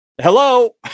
Hello